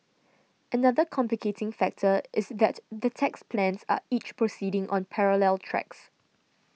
another complicating factor is that the tax plans are each proceeding on parallel tracks